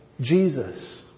Jesus